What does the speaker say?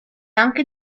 anche